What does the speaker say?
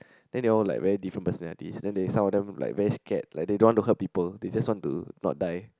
then they all like very different personalities then they some of them like very scared like they don't want to hurt people they just want to not die